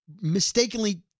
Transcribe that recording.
mistakenly